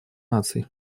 наций